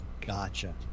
Gotcha